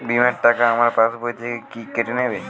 বিমার টাকা আমার পাশ বই থেকে কি কেটে নেবে?